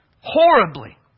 horribly